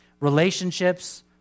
relationships